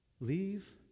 leave